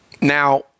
Now